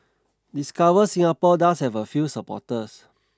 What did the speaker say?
discover Singapore does have a few supporters